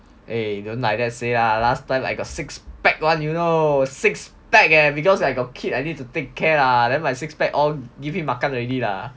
eh don't like that say lah last time I got six pack [one] you know six pack eh because I got kid I need to take care lah then my six pack all give him makan already lah